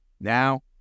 Now